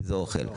כי מדובר באוכל.